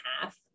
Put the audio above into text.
half